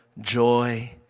joy